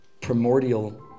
primordial